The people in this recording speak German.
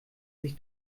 sich